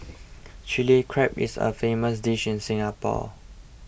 Chilli Crab is a famous dish in Singapore